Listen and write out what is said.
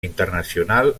internacional